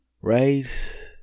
Right